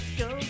go